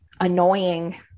annoying